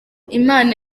imana